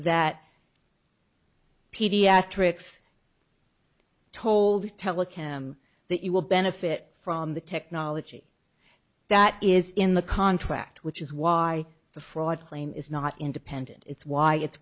that pediatrics told you tell a cam that you will benefit from the technology that is in the contract which is why the fraud claim is not independent it's why it's